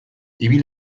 ibil